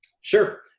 Sure